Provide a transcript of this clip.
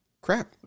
Crap